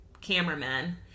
cameraman